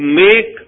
make